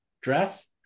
dress